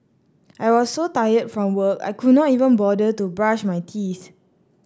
I was so tired from work I could not even bother to brush my teeth